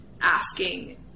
asking